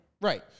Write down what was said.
Right